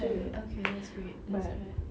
okay that's great that's right